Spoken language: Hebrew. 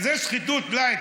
זו שחיתות-לייט.